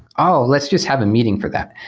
oh! let's just have a meeting for that.